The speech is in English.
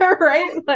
right